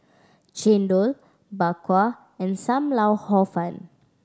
chendol Bak Kwa and Sam Lau Hor Fun